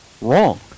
wrong